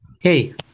Hey